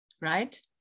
right